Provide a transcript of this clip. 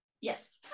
Yes